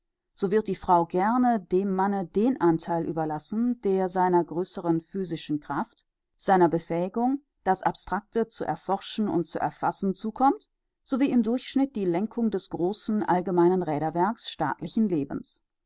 so wird die frau gerne dem manne den antheil überlassen der seiner größeren physischen kraft seiner befähigung das abstracte zu erforschen und zu erfassen zukommt sowie im durchschnitt die lenkung des großen allgemeinen räderwerks staatlichen lebens